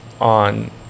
on